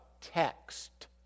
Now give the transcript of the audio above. text